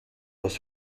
aus